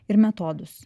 ir metodus